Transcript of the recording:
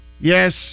yes